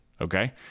Okay